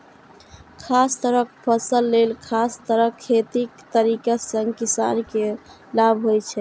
खास तरहक फसल लेल खास तरह खेतीक तरीका सं किसान के लाभ होइ छै